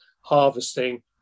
harvesting